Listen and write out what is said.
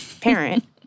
parent